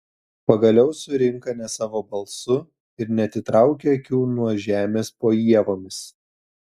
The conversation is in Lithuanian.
pagaliau surinka ne savo balsu ir neatitraukia akių nuo žemės po ievomis